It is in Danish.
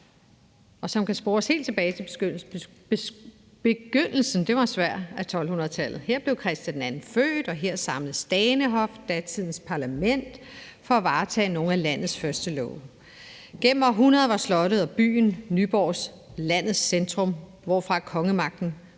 kan spores helt tilbage til begyndelsen af 1200-tallet. Her blev Christian II født, og her samledes Danehof, datidens parlament, for at vedtage nogle af landets første love. Gennem århundreder var slottet og byen Nyborg landets centrum, hvorfra kongemagten